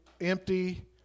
empty